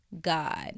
God